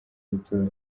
y’itora